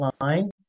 line